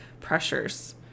pressures